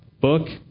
book